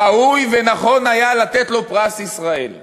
ראוי ונכון היה לתת לו פרס ישראל,